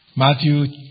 Matthew